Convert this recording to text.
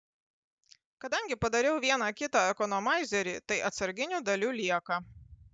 kadangi padarau vieną kitą ekonomaizerį tai atsarginių dalių lieka